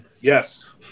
Yes